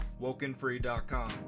WokenFree.com